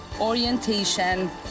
orientation